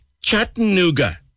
Chattanooga